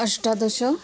अष्टादश